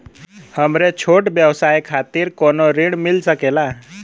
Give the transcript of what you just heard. हमरे छोट व्यवसाय खातिर कौनो ऋण मिल सकेला?